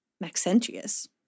Maxentius